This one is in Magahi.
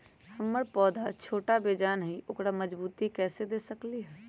हमर पौधा छोटा बेजान हई उकरा मजबूती कैसे दे सकली ह?